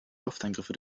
luftangriffe